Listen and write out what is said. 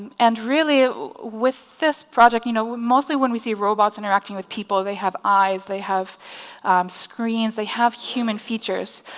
and really with this project you know mostly when we see robots interacting with people they have eyes they have screens they have human features.